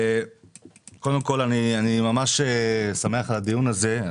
קודם כל אני ממש שמח על הדיון הזה.